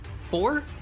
Four